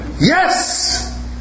Yes